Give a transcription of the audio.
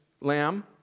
lamb